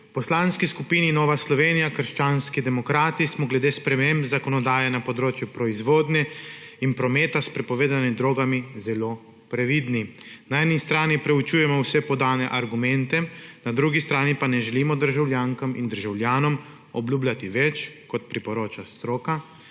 V Poslanski skupini Nova Slovenija – krščanski demokrati smo glede sprememb zakonodaje na področju proizvodnje in prometa s prepovedanimi drogami zelo previdni. Na eni strani preučujemo vse podane argumente, na drugi strani pa ne želimo državljankam in državljanom obljubljati več, kot priporoča stroka